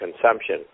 consumption